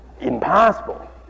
Impossible